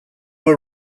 were